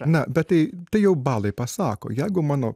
na bet tai tai jau balai pasako jeigu mano